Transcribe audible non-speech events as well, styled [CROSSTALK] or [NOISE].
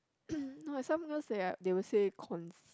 [COUGHS] !wah! some people say right they will say conce~